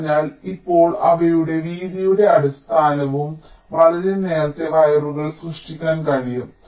അതിനാൽ ഇപ്പോൾ അവയുടെ വീതിയുടെ അടിസ്ഥാനത്തിൽ വളരെ നേർത്ത വയറുകൾ സൃഷ്ടിക്കാൻ കഴിയും